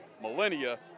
millennia